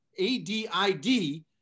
ADID